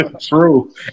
True